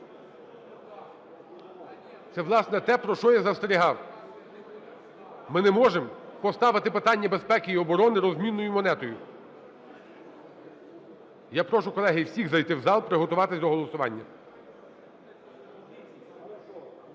Це, власне, те, про що я застерігав. Ми не можемо поставити питання безпеки і оборони розмінною монетою. Я прошу, колеги, всіх зайти в зал, приготуватись до голосування.